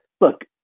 look